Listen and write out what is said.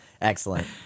excellent